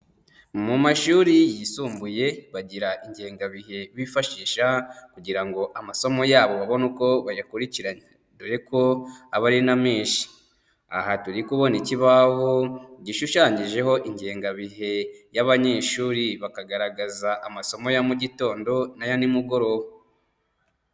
Mu mashuri yisumbuye, bagira ingengabihe bifashisha kugirango amasomo yabo babone uko bayakurikiranya dore ko aba ari na menshi. Aha turi kubona ikibaho gishushanyijeho ingengabihe y'abanyeshuri bakagaragaza amasomo ya mu gitondo n'aya nimugoroba.